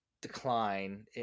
decline